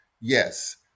Yes